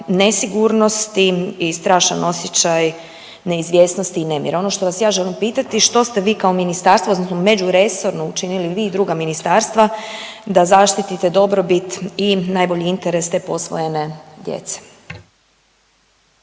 nesigurnosti i strašan osjećaj neizvjesnosti i nemira. Ono što vas ja želim pitati što ste vi kao ministarstvo odnosno međuresorno učinili vi i druga ministarstva da zaštitite dobrobit i najbolji interes te posvojene djece?